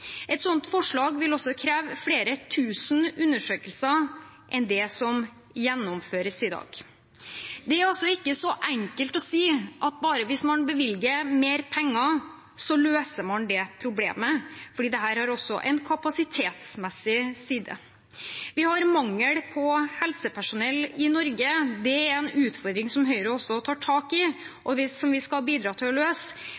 Et sånt forslag vil også kreve flere tusen undersøkelser enn det som gjennomføres i dag. Det er altså ikke så enkelt å si at bare man bevilger mer penger, løser man det problemet, for dette har også en kapasitetsmessig side. Vi har mangel på helsepersonell i Norge. Det er en utfordring som Høyre også tar tak